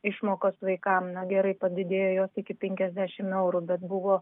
išmokos vaikam na gerai padidėjo jos iki penkiasdešim eurų bet buvo